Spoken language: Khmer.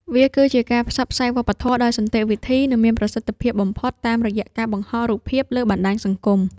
វាគឺជាការផ្សព្វផ្សាយវប្បធម៌ដោយសន្តិវិធី និងមានប្រសិទ្ធភាពបំផុតតាមរយៈការបង្ហោះរូបភាពលើបណ្ដាញសង្គម។